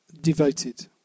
devoted